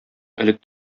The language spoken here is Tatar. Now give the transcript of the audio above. элек